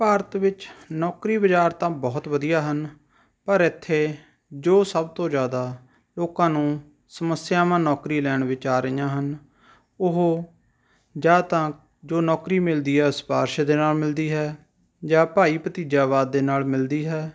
ਭਾਰਤ ਵਿੱਚ ਨੌਕਰੀ ਬਾਜ਼ਾਰ ਤਾਂ ਬਹੁਤ ਵਧੀਆ ਹਨ ਪਰ ਇੱਥੇ ਜੋ ਸਭ ਤੋਂ ਜ਼ਿਆਦਾ ਲੋਕਾਂ ਨੂੰ ਸਮੱਸਿਆਵਾਂ ਨੌਕਰੀ ਲੈਣ ਵਿੱਚ ਆ ਰਹੀਆਂ ਹਨ ਉਹ ਜਾਂ ਤਾਂ ਜੋ ਨੌਕਰੀ ਮਿਲਦੀ ਹੈ ਸਿਫਾਰਸ਼ ਦੇ ਨਾਲ ਮਿਲਦੀ ਹੈ ਜਾਂ ਭਾਈ ਭਤੀਜਾਵਾਦ ਦੇ ਨਾਲ ਮਿਲਦੀ ਹੈ